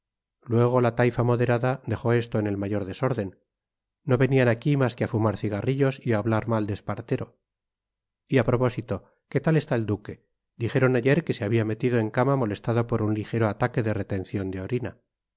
luego la taifa moderada dejó esto en el mayor desorden no venían aquí más que a fumar cigarrillos y a hablar mal de espartero y a propósito qué tal está el duque dijeron ayer que se había metido en cama molestado por un ligero ataque de retención de orina